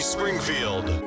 Springfield